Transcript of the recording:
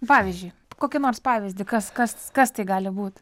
pavyzdžiui kokį nors pavyzdį kas kas kas tai gali būt